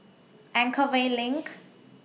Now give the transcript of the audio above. Anchorvale LINK